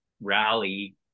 rally